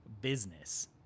business